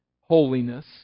holiness